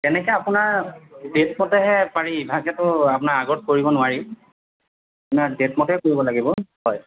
তেনেকৈ আপোনাৰ ডেট মতেহে পাৰি ইভাগেতো আপোনাৰ আগত কৰিব নোৱাৰি আপোনাৰ ডেট মতে কৰিব লাগিব হয়